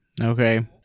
Okay